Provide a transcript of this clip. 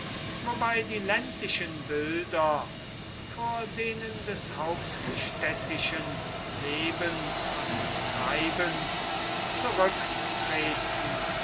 wobei die ländlichen bilder vor denen des hauptstädtischen lebens und treibens zurücktreten